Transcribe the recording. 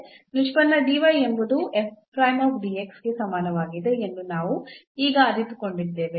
ನಿಷ್ಪನ್ನ ಎಂಬುದು ಗೆ ಸಮಾನವಾಗಿದೆ ಎಂದು ನಾವು ಈಗ ಅರಿತುಕೊಂಡಿದ್ದೇವೆ